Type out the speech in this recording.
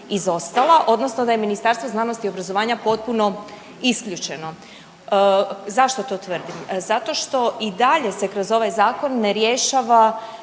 izostala odnosno da je Ministarstvo znanosti i obrazovanja potpuno isključeno. Zašto to tvrdim? Zato što i dalje se kroz ovaj Zakon ne rješava